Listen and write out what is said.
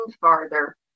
farther